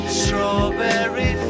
Strawberry